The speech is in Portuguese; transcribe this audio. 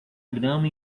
grama